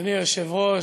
אדוני היושב-ראש,